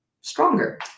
stronger